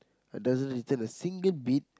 like doesn't return a single bit